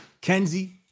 Kenzie